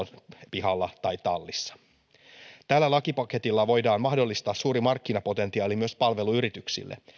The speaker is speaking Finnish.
pihalla tai autotallissa tällä lakipaketilla voidaan mahdollistaa suuri markkinapotentiaali myös palveluyrityksille